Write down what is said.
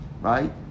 right